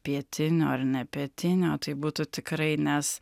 pietinio ar ne pietinio tai būtų tikrai nes